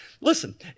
Listen